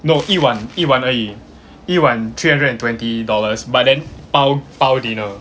no 一晚一晚而已一晚 three hundred and twenty dollars but then 包包 dinner